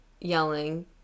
yelling